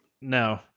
No